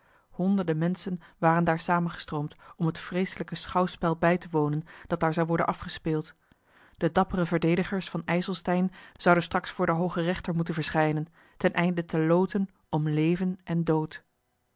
honderden menschen waren daar samengestroomd om het vreeselijke schouwspel bij te wonen dat daar zou worden afgespeeld de dappere verdedigers van ijselstein zouden straks voor den hoogen rechter moeten verschijnen ten einde te loten om leven en dood